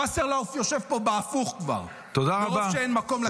וסרלאוף כבר יושב פה הפוך מרוב שאין מקום לכיסאות שלכם.